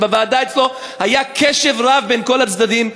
שבוועדה אצלו היה קשב רב בין כל הצדדים.